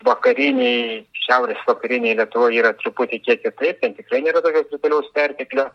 vakarinėj šiaurės vakarinėj lietuvoj yra truputį kiek kitaip ten tikrai nėra tokio krituliaus perteklio